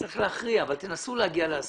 נצטרך להכריע אבל תנסו להגיע להסכמה.